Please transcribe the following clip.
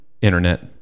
internet